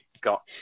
got